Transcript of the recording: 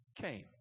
came